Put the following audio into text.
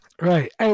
Right